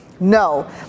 No